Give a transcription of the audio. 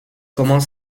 comment